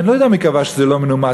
אני לא יודע מי קבע שזה לא מנומס.